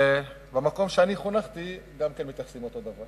במקום שאני חונכתי גם כן מתייחסים באותו אופן.